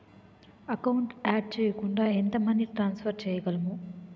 Account add చేయకుండా ఎంత money transfer చేయగలము?